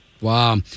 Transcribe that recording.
Wow